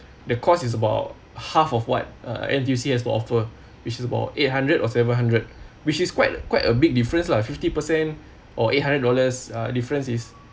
the cost is about half of what uh N_T_U_C has offer which is about eight hundred or seven hundred which is quite a quite a big difference lah fifty percent or eight hundred dollars uh difference is